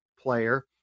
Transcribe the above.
player